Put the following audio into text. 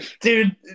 Dude